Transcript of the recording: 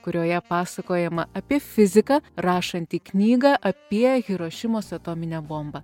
kurioje pasakojama apie fiziką rašantį knygą apie hirošimos atominę bombą